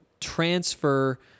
transfer